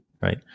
Right